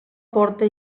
porta